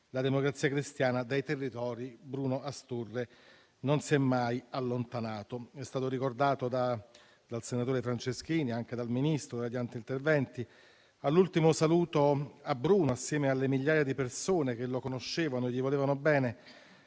la Democrazia Cristiana, dai territori Bruno Astorre non si è mai allontanato. È stato ricordato dal senatore Franceschini, dal ministro Lollobrigida e dagli altri interventi: all'ultimo saluto a Bruno, assieme alle migliaia di persone che lo conoscevano e che gli volevano bene,